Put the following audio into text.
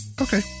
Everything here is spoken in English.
Okay